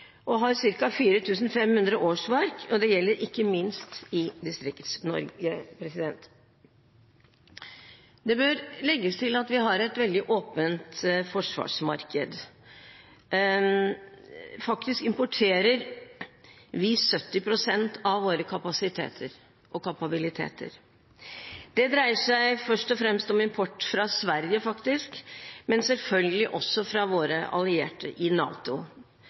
og har ca. 4 500 årsverk, ikke minst gjelder det i Distrikts-Norge. Det bør legges til at vi har et veldig åpent forsvarsmarked. Faktisk importerer vi 70 pst. av våre kapasiteter og kapabiliteter. Det dreier seg først og fremst om import fra Sverige, men selvfølgelig også fra våre allierte i NATO.